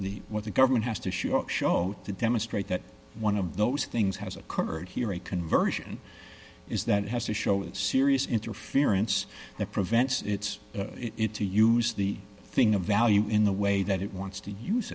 the what the government has to show show to demonstrate that one of those things has occurred here a conversion is that it has to show it's serious interference that prevents its it to use the thing of value in the way that it wants to use